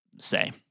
say